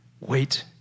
Wait